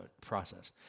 process